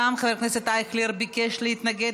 גם חבר הכנסת אייכלר ביקש להתנגד,